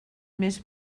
més